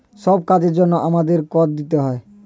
সব কাজের জন্যে আমাদের কর দিতে হয়